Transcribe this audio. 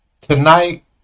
tonight